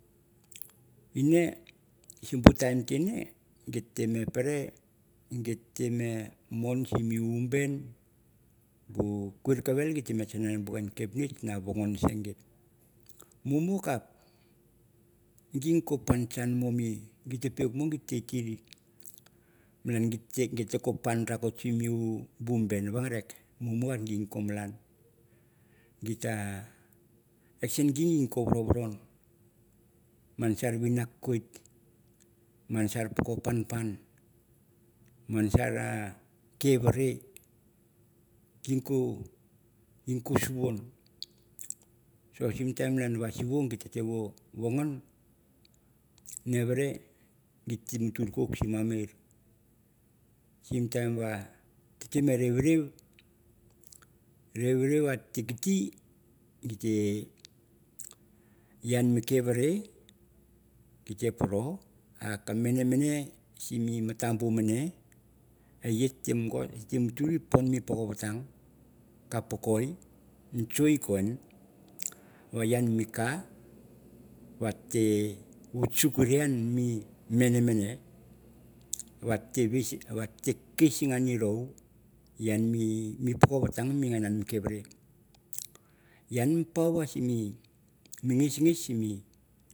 Tbf- 10- co- 33- 4 ine sim bu time nge gite me pere gita te be mon sim mi umben sim bu mumu quikavel git te bo kanga boo kepnitch na sen git, mumu kap gin no punchan git piuk mo guta tir malan git mo pun rakot sim mi ben wangarer mumu git tem no malan an gita eksen ge git te vavovodon man sar vinakwit, man sar poko punpun. man sar rei rei. Gin no suwon sim time malan siwo gite vo logon never git ve matur simi amir, sim time are revrew revrew atem at tigati gite ne ken rei gito poro ke mane mane sim mi matabubu mane e ye matur ipon mi poko vatang encho i ken yang mi ka vat te at chuck rei yang ni mane man e vat ta kis ang i ro yang mi oko vatang ming yang